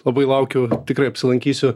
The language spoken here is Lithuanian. labai laukiu tikrai apsilankysiu